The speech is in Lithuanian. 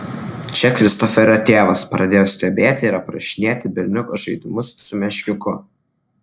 čia kristoferio tėvas pradėjo stebėti ir aprašinėti berniuko žaidimus su meškiuku